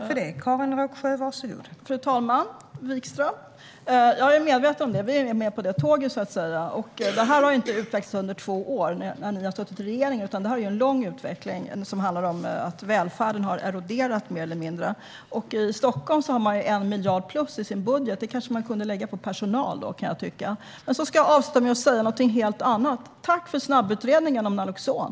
Fru talman! Wikström! Jag är medveten om det, och vi är med på det tåget, så att säga. Det här har inte utvecklats under de två år då ni har suttit i regering, utan det här är en lång utveckling som handlar om att välfärden mer eller mindre har eroderat. I Stockholm har man 1 miljard plus i sin budget. Det kanske man kunde lägga på personal, kan jag tycka. Jag vill avsluta med att säga någonting helt annat. Tack för snabbutredningen om Naloxon!